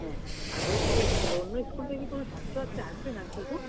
হ্যাঁ আর বলছি যে আর অন্য স্কুল থেকে কি কোনো ছাত্র এত্তে আসবে নাকি গো